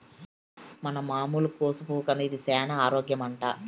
మన మామూలు కోసు పువ్వు కన్నా ఇది సేన ఆరోగ్యమట